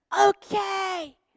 Okay